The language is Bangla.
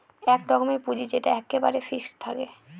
এক রকমের পুঁজি যেটা এক্কেবারে ফিক্সড থাকে